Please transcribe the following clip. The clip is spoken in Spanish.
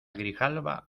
grijalba